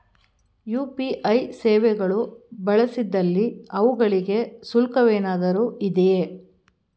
UPI ಸೇವೆಗಳು ಬಳಸಿದಲ್ಲಿ ಅವುಗಳಿಗೆ ಶುಲ್ಕವೇನಾದರೂ ಇದೆಯೇ?